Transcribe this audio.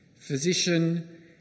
Physician